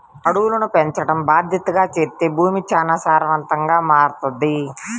అడవులను పెంచడం బాద్దెతగా చేత్తే భూమి చానా సారవంతంగా మారతది